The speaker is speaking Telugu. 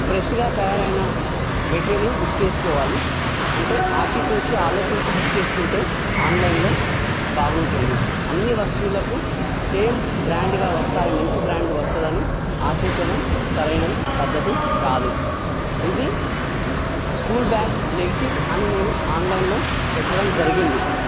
ఫ్రెష్గా తయారైన మెటీరియల్ను బుక్ చేసుకోవాలి అంటే ఆచి తూచి ఆలోచించి బుక్ చేసుకుంటే ఆన్లైన్లో బాగుంటుంది అన్ని వస్తువులకు సేమ్ బ్రాండ్గా వస్తాయి మంచి బ్రాండ్ వస్తుందని ఆశించడం సరైన పద్ధతి కాదు ఇది స్కూల్ బ్యాగ్ నెగిటివ్ అని నేను ఆన్లైన్లో పెట్టడం జరిగింది